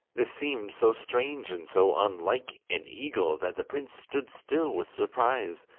this seemed so strange and so unlike an eagle, that the prince stood still with surprise,